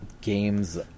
games